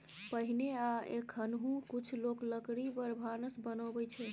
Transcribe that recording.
पहिने आ एखनहुँ कुछ लोक लकड़ी पर भानस बनबै छै